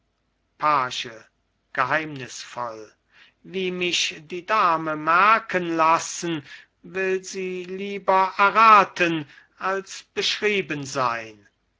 page geheimnisvoll wie mich die dame merken lassen will sie lieber erraten als beschrieben sein